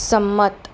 સંમત